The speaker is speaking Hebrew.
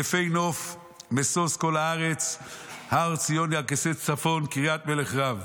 יפה נוף משוש כל הארץ הר ציון ירכתי צפון קרית מלך רב.